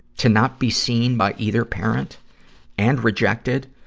to not be seen by either parent and rejected,